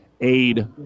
aid